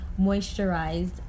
moisturized